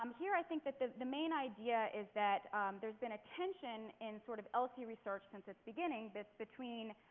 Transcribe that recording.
um here i think that the the main idea is that there has been a tension in sort of lc research since its beginning between